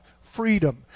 freedom